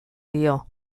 dio